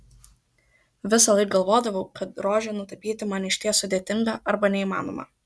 visąlaik galvodavau kad rožę nutapyti man išties sudėtinga arba neįmanoma